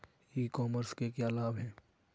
ई commerce के क्या क्या लाभ हैं?